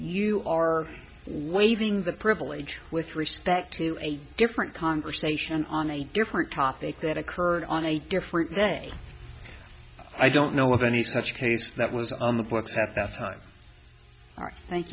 you are waving the privilege with respect to a different conversation on a different topic that occurred on a different day i don't know of any such case that was on the books at that time